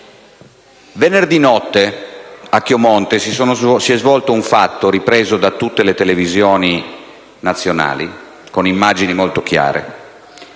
Venerdì notte a Chiomonte è accaduto un fatto ripreso da tutte le televisioni nazionali, con immagini molto chiare.